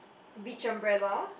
beach umbrella